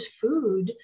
food